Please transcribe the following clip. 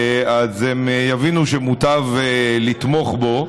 הם יבינו שמוטב לתמוך בו,